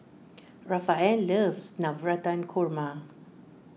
Rafael loves Navratan Korma